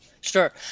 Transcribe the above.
Sure